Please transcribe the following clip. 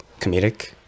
comedic